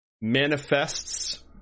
manifests